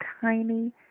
tiny